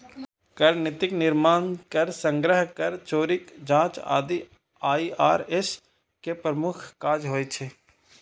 कर नीतिक निर्माण, कर संग्रह, कर चोरीक जांच आदि आई.आर.एस के प्रमुख काज होइ छै